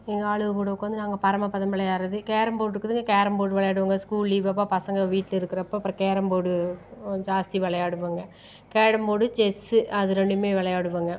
எங்கள் ஆளுங்க கூட உட்காந்து நாங்கள் பரமபதம் விளையாடுகிறது கேரம் போர்டு இருக்குதுங்க கேரம் போர்டு விளையாடுவோங்க ஸ்கூல் லீவப்போ பசங்க வீட்டில் இருக்கிறப்ப அப்புறம் கேரம் போர்டு ஜாஸ்தி விளையாடுவோங்க கேரம் போர்டு செஸ் அது ரெண்டுமே விளையாடுவோங்க